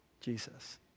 Jesus